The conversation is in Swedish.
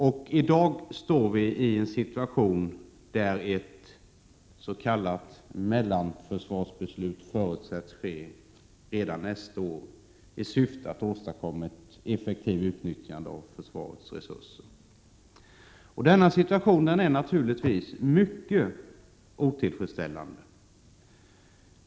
I dag står vi inför en situation där ett s.k. mellanförsvarsbeslut förutsätts fattas redan nästa år i syfte att åstadkomma ett effektivt utnyttjande av försvarets resurser. Denna situation är naturligtvis mycket otillfredsställande.